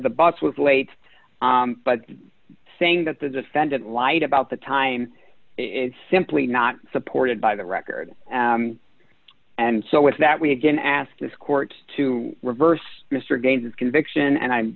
the bus was late but saying that the defendant lied about the time is simply not supported by the record and so with that we again ask this court to reverse mr again his conviction and i